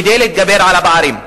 כדי להתגבר על הפערים.